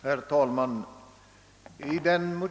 Herr talman!